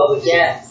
yes